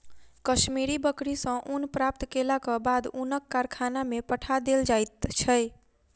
कश्मीरी बकरी सॅ ऊन प्राप्त केलाक बाद ऊनक कारखाना में पठा देल जाइत छै